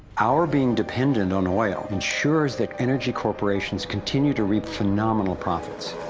our being dependent on oil ensures that energy corporations continue to reap phenomenal profits.